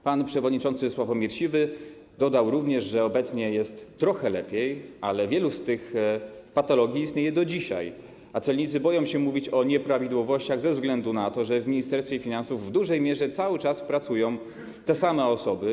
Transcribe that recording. Pan przewodniczący Sławomir Siwy dodał również, że obecnie jest trochę lepiej, ale wiele z tych patologii istnieje do dzisiaj, a celnicy boją się mówić o nieprawidłowościach ze względu na to, że w Ministerstwie Finansów w dużej mierze cały czas pracują te same osoby.